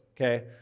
Okay